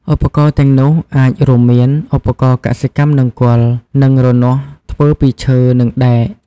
ឧបករណ៍ទាំងនោះអាចរួមមាន ឧបករណ៍កសិកម្មនង្គ័ល និងរនាស់ ធ្វើពីឈើ និងដែក។